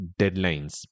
deadlines